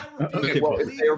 okay